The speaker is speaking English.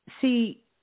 See